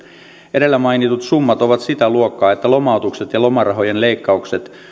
edellä mainitut summat ovat sitä luokkaa että lomautukset ja lomarahojen leikkaukset